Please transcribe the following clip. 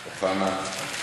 אוחנה,